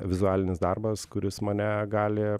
vizualinis darbas kuris mane gali